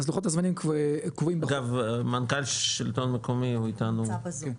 אגב מנכ"ל שלטון מקומי נמצא בזום,